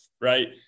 right